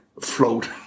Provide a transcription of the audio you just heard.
Float